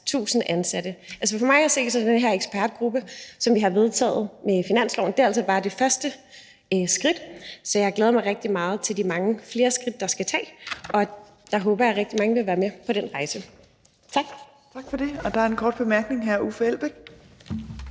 for mig at se er den her ekspertgruppe, som vi har vedtaget at nedsætte med finansloven, bare det første skridt. Så jeg glæder mig rigtig meget til de mange flere skridt, der skal tages, og jeg håber, at rigtig mange vil være med på den rejse. Tak.